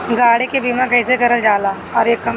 गाड़ी के बीमा कईसे करल जाला?